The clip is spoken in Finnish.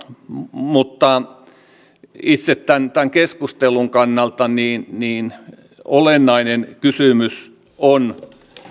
mutta itse tämän tämän keskustelun kannalta olennainen kysymys on